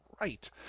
right